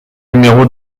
numéro